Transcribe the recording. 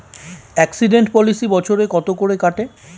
Accident policy বছরে কত করে কাটে?